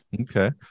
Okay